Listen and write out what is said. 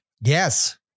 Yes